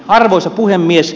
arvoisa puhemies